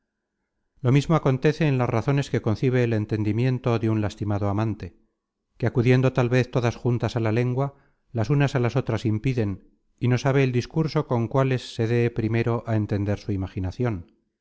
lo mismo acontece en las razones content from google book search generated at acudiendo tal vez todas juntas á la lengua las unas á las otras impiden y no sabe el discurso con cuáles se dé primero á entender su imaginacion